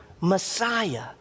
Messiah